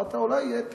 אמרת: אולי יהיה שלום,